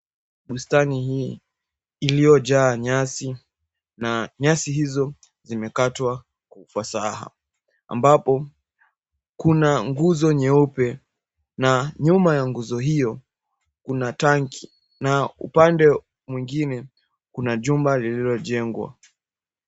Bustani hii iliojaa nyasi na nyasi hizo zimekatwa kwa ufasaha ambapo kuna nguzo nyeupe na nyuma ya nguzo hio kuna tanki na upande mwingine kuna jumba lililojengwa.